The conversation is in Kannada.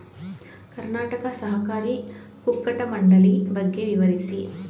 ಕರ್ನಾಟಕ ಸಹಕಾರಿ ಕುಕ್ಕಟ ಮಂಡಳಿ ಬಗ್ಗೆ ವಿವರಿಸಿ?